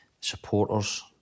supporters